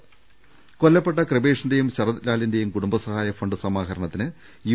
ദർവ്വെട്ടറ കൊല്ലപ്പെട്ട കൃപേഷിന്റെയും ശരത്ലാലിന്റെയും കൂടുംബസഹായ ഫണ്ട് സമാഹരണത്തിന് യു